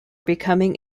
becoming